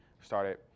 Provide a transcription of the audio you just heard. started